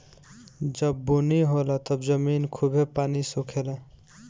जब बुनी होला तब जमीन खूबे पानी सोखे ला